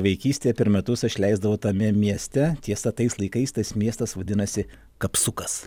vaikystėj per metus aš leisdavau tame mieste tiesa tais laikais tas miestas vadinosi kapsukas